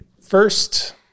first